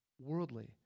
worldly